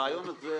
הרעיון הזה,